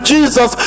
Jesus